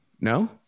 No